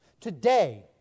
Today